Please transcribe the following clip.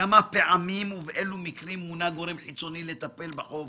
כמה פעמים ובאלה מקרים מונה גורם חיצוני לטפל בחוב